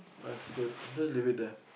that's good just leave it there